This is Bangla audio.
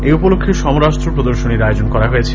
এই উপলক্ষ্যে সমরাস্ত্র প্রদর্শনীর আয়োজন করা হয়েছে